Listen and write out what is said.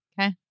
Okay